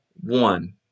one